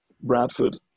Bradford